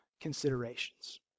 considerations